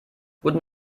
guten